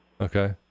Okay